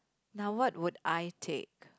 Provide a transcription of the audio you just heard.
now what would I take